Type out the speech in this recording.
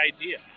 idea